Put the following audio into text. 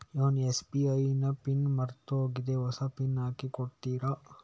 YONO SBI ನ PIN ಮರ್ತೋಗಿದೆ ಹೊಸ ಪಿನ್ ಹಾಕಿ ಕೊಡ್ತೀರಾ?